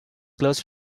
closed